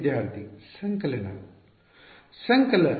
ವಿದ್ಯಾರ್ಥಿ ಸಂಕಲನ